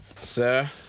Sir